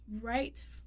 right